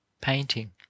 painting